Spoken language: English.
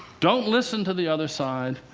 don't listen to the other side,